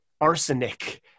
arsenic